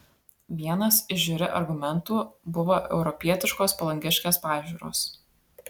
vienas iš žiuri argumentų buvo europietiškos palangiškės pažiūros